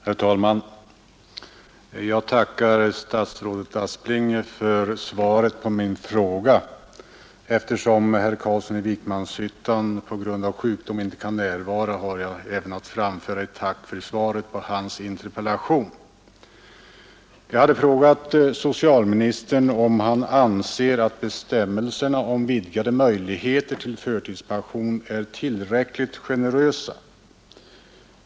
Herr talman! Jag tackar statsrådet Aspling för svaret på min fråga. Eftersom herr Carlsson i Vikmanshyttan på grund av sjukdom inte kan närvara har jag även att framföra ett tack för svaret på hans interpellation. Jag hade frågat socialministern om han anser att bestämmelserna om vidgade möjligheter till förtidspension är tillräckligt generösa.